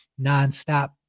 nonstop